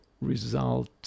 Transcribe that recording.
result